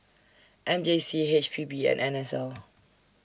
M J C H P B and N S L